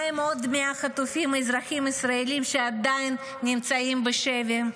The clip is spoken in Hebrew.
מה עם עוד 100 חטופים אזרחים ישראלים שעדיין נמצאים בשבי?